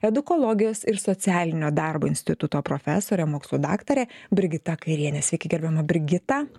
edukologijos ir socialinio darbo instituto profesorė mokslų daktarė brigita kairienė sveiki gerbiama brigita